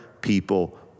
people